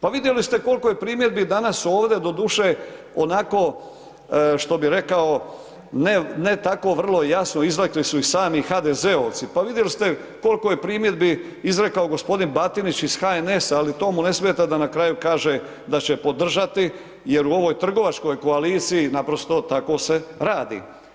Pa vidjeli ste koliko je primjedbi danas ovdje doduše onako što bi rekao ne tako vrlo jasno izrekli su i sami HDZ-ovci, pa vidjeli ste koliko je primjedbi izrekao g. Batinić iz HNS-a, ali to mu ne smeta da na kraju kaže da će podržati jer u ovoj trgovačkoj koaliciji naprosto tako se radi.